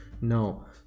No